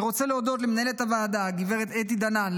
אני רוצה להודות למנהלת הוועדה גב' אתי דנן,